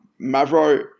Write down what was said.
Mavro